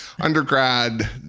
undergrad